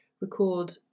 record